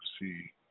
see